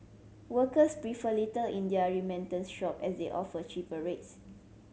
workers prefer Little India remittance shop as they offer cheaper rates